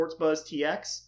SportsBuzzTX